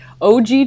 og